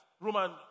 Roman